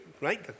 Right